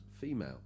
female